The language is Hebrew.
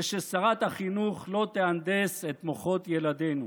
וששרת החינוך לא תהנדס את מוחות ילדינו.